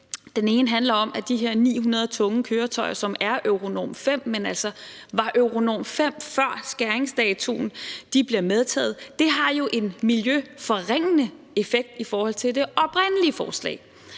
Den ene handler om, at de her 900 tunge køretøjer, som er Euro V-køretøjer, men som altså var Euro V-køretøjer før skæringsdatoen, bliver medtaget. Det har jo en miljøforringende effekt i forhold til det oprindelige forslag.